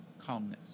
calmness